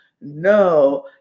no